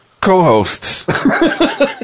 co-hosts